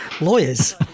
lawyers